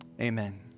amen